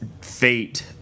fate